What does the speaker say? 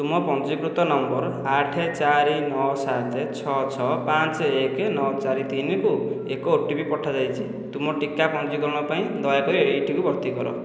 ତୁମ ପଞ୍ଜୀକୃତ ନମ୍ବର ଆଠ ଚାରି ନଅ ସାତ ଛଅ ଛଅ ପାଞ୍ଚ ଏକ ନଅ ଚାରି ତିନିକୁ ଏକ ଓ ଟି ପି ପଠାଯାଇଛି ତୁମ ଟିକା ପଞ୍ଜୀକରଣ ପାଇଁ ଦୟାକରି ଏଇଟିକୁ ଭର୍ତ୍ତି କର